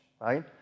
right